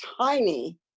tiny